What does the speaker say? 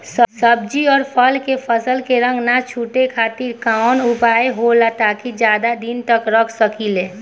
सब्जी और फल के फसल के रंग न छुटे खातिर काउन उपाय होखेला ताकि ज्यादा दिन तक रख सकिले?